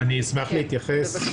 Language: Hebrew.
אני אשמח להתייחס.